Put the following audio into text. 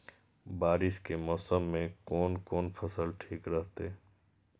बारिश के मौसम में कोन कोन फसल ठीक रहते?